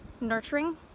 nurturing